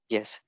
Yes